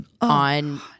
on